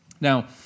Now